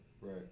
right